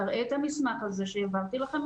תראה את המסמך הזה שהעברתי אליכם,